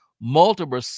multiple